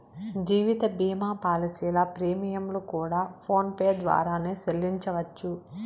జీవిత భీమా పాలసీల ప్రీమియంలు కూడా ఫోన్ పే ద్వారానే సెల్లించవచ్చు